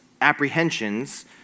apprehensions